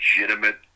legitimate